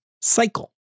cycle